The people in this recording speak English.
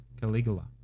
Caligula